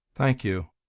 thank you,